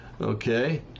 okay